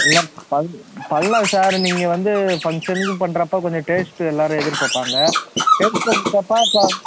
எல்லாம் பண் பண்ணலாம் சார் நீங்கள் வந்து ஃபங்க்ஷனுக்குன்னு பண்ணுறப்ப கொஞ்சம் டேஸ்ட்டு எல்லாேரும் எதிர்பார்ப்பாங்க டேஸ்ட்டுன்னு பார்த்தா இப்போ